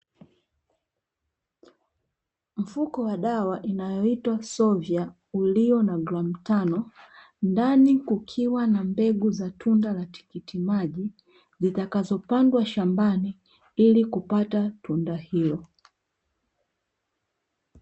Mfuko wa dawa inayoitwa "SOVYA" ulio na gramu tano, ndani kukiwa na mbegu za tunda la tikitimaji zitakazopandwa shambani ili kupata tunda hilo.